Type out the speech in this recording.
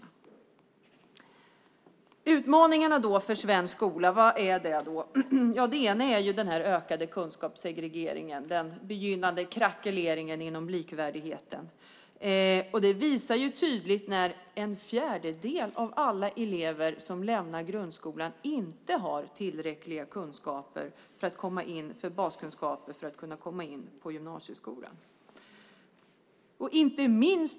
Vad är då utmaningarna för svensk skola? En är den ökade kunskapssegregeringen, den begynnande krackeleringen inom likvärdigheten. Den visar sig tydligt i att en fjärdedel av alla elever som lämnar grundskolan inte har tillräckliga baskunskaper för att komma in på gymnasieskolan.